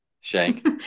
Shank